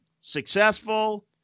successful